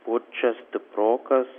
pučia stiprokas